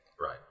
Right